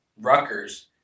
Rutgers